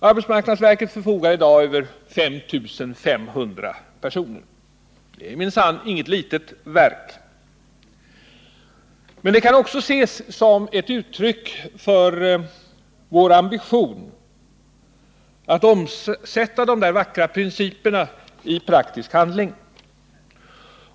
Arbetsmarknadsverket förfogar i dag över 5 500 personer. Det är minsann inget litet verk. Men det kan också ses som ett uttryck för vår ambition att omsätta principerna i praktisk handling.